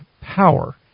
power